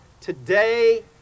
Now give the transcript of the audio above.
today